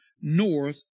north